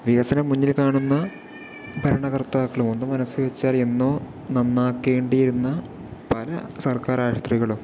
വികസനം മുന്നിൽ കാണുന്ന ഭരണകർത്താക്കളും ഒന്ന് മനസ്സുവെച്ചാല് എന്നോ നന്നാക്കേണ്ടിയിരുന്ന പല സർക്കാർ ആശുപത്രികളും